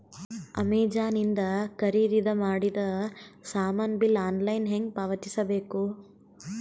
Amazon ಇಂದ ಖರೀದಿದ ಮಾಡಿದ ಸಾಮಾನ ಬಿಲ್ ಆನ್ಲೈನ್ ಹೆಂಗ್ ಪಾವತಿಸ ಬೇಕು?